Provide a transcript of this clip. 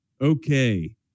Okay